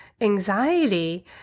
anxiety